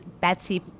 Betsy